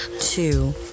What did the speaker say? two